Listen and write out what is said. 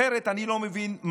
אחרת אני לא מבין,